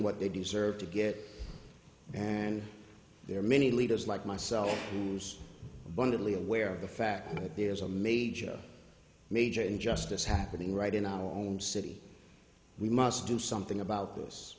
what they deserve to get and there are many leaders like myself who use wonderfully aware of the fact that there's a major major injustice happening right in our own city we must do something about this